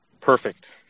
perfect